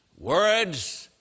Words